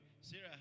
Sarah